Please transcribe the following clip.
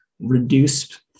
reduced